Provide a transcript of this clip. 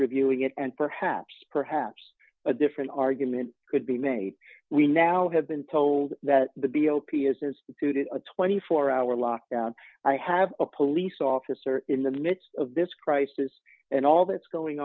reviewing it and perhaps perhaps a different argument could be made we now have been told that the b o p s two to a twenty four hour lockdown i have a police officer in the midst of this crisis and all that's going